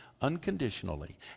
unconditionally